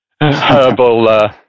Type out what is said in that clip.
herbal